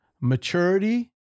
maturity